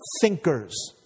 thinkers